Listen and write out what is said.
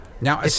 Now